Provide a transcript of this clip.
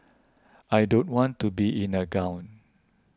I don't want to be in a gown